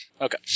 okay